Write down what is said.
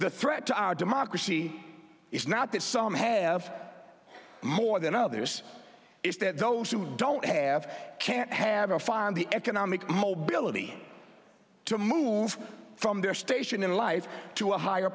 the threat to our democracy is not that some have more than others it's that those who don't have can't have a fire and the economic mobility to move from their station in life to a higher